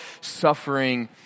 suffering